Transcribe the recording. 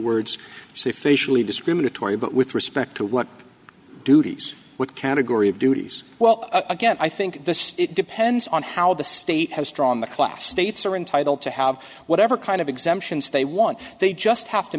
words so officially discriminatory but with respect to what duties with category of duties well again i think the state depends on how the state has drawn the class states are entitled to have whatever kind of exemptions they want they just have to